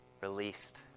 released